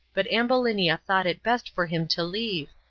but ambulinia thought it best for him to leave,